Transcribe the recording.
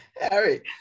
Harry